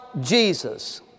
Jesus